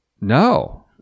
No